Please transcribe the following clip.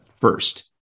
first